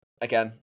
again